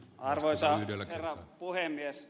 arvoisa herra puhemies